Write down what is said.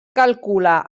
calcula